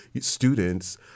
students